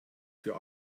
für